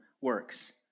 works